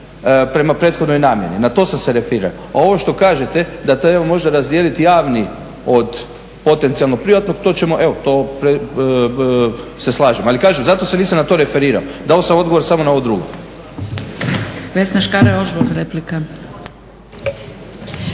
prema prethodnoj namjeni. Na to sam se referirao. A ovo što kažete da …/Govornik se ne razumije./… može razdijeliti javni od potencijalno privatnog, to ćemo, evo to se slažem. Ali kažem zato se nisam na to referirao, dao sam odgovor samo na ovo drugo. **Zgrebec, Dragica